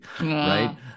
right